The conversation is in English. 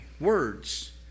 Words